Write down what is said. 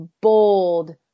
bold